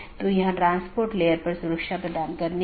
दूसरे अर्थ में यह ट्रैफिक AS पर एक लोड है